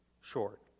short